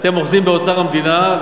אתם אוחזים באוצר המדינה,